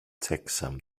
checksum